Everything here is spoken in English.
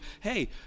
hey